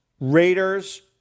Raiders